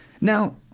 now